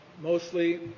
mostly